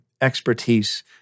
expertise